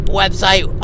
website